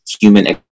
human